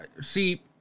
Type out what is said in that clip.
See